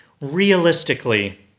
Realistically